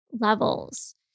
levels